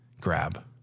grab